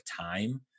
time